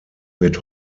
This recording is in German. wird